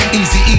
easy